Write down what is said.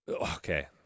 okay